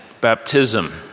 baptism